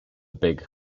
big